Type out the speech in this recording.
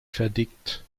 verdickt